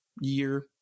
year